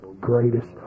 greatest